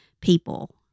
people